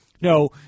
No